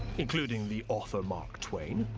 including the author mark twain,